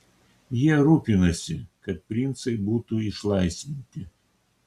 jie rūpinasi kad princai būtų išlaisvinti